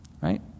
Right